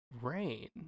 Rain